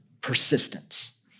persistence